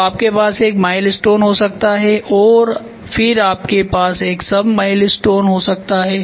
तो आपके पास एक माइलस्टोन हो सकता है और फिर आपके पास एक सबमाइलस्टोन हो सकता है